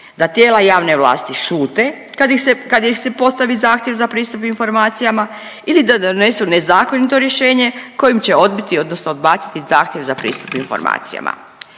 Da tijela javne vlasti šute kad ih se, kad ih se postavi zahtjev za pristup informacijama ili da donesu nezakonito rješenje kojim će odbiti odnosno odbaciti zahtjev za pristup informacijama.